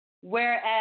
whereas